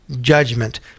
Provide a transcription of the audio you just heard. judgment